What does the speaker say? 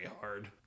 hard